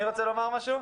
מי רוצה לומר משהו?